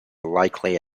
likely